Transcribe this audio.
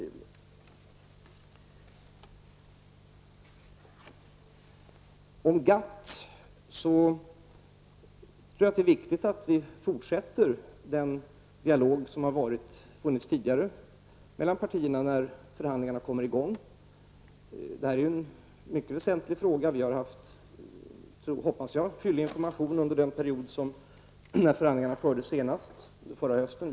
Beträffande GATT tror jag att det är viktigt att vi när förhandlingarna kommer i gång fortsätter den dialog som har funnits tidigare mellan partierna. Det gäller ju en mycket väsentlig fråga. Vi har lämnat fyllig information under den period när förhandlingarna fördes senast, under förra hösten.